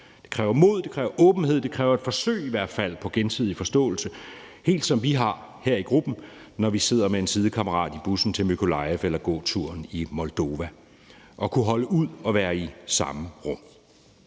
Det kræver mod, det kræver åbenhed, og det kræver i hvert fald et forsøg på gensidig forståelse, helt som vi har her i gruppen, når vi befinder os ved siden af en sidekammerat i bussen til Mykolajiv eller på gåturen i Moldova. Det handler om at kunne holde ud at være i samme rum.